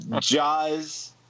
Jaws